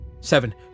Seven